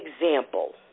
example